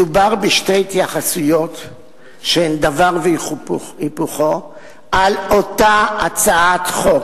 מדובר בשתי התייחסויות של דבר והיפוכו על אותה הצעת חוק.